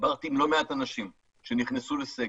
דיברתי עם לא מעט אנשים שנכנסו לסגר,